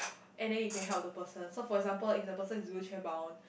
and then you can help the person so for example if the person is wheelchair bound